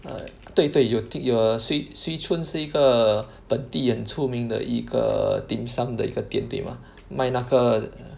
err 对对有听有 err swee~ Swee-Choon 是一个本地很出名的一个 dim-sum 的一个店对吗卖那个